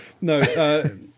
No